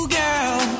girl